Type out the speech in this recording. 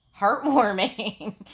heartwarming